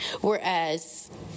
Whereas